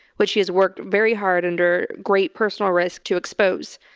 which she has worked very hard under great personal risk to expose.